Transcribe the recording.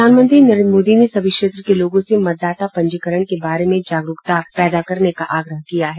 प्रधानमंत्री नरेन्द्र मोदी ने सभी क्षेत्र के लोगों से मतदाता पंजीकरण के बारे में जागरूकता पैदा करने का आग्रह किया है